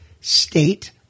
state